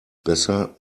besser